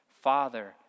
Father